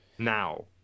now